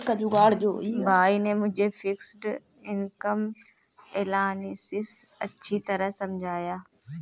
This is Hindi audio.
भाई ने मुझे फिक्स्ड इनकम एनालिसिस अच्छी तरह समझाया